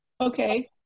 Okay